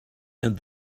and